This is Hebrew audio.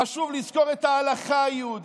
חשוב לזכור את ההלכה היהודית,